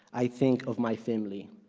i think of my family,